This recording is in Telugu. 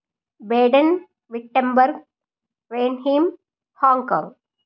Baden Württemberg Weinheim Hong Kong